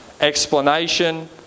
explanation